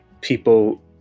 people